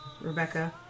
rebecca